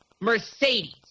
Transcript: Mercedes